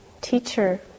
teacher